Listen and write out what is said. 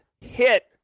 hit